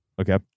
Okay